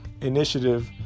initiative